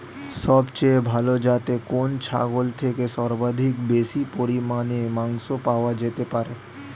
সবচেয়ে ভালো যাতে কোন ছাগল থেকে সর্বাধিক বেশি পরিমাণে মাংস পাওয়া যেতে পারে?